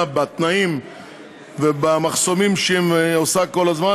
בתנאים ובמחסומים שהיא עושה כל הזמן,